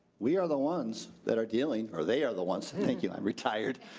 we are the ones that are dealing, or they are the ones thinking retired.